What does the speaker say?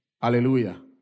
hallelujah